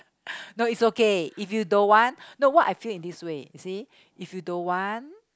no it's okay if you don't want no what I feel in this way you see if you don't want